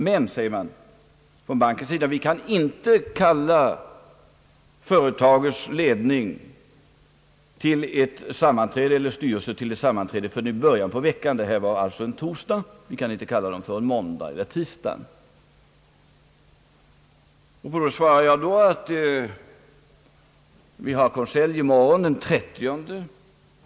Men, säger man från bankens sida, vi kan inte kalla företagets styrelse till ett sammanträde förrän i början av nästa vecka. Detta var en torsdag. Man kunde alltså inte kalla den förrän på måndagen eller tisdagen. Då svarar jag att vi har konselj i morgon, den 30.